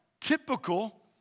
typical